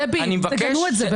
דבי, תגנו את זה.